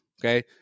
Okay